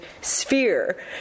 sphere